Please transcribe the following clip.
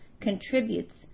contributes